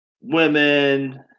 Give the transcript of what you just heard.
women